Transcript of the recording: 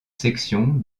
section